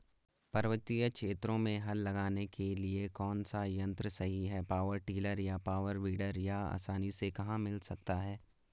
पर्वतीय क्षेत्रों में हल लगाने के लिए कौन सा यन्त्र सही है पावर टिलर या पावर वीडर यह आसानी से कहाँ मिल सकता है?